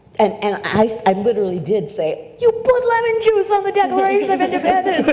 and and i literally did say, you put lemon juice on the declaration of independence!